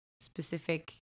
specific